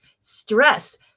Stress